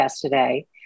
today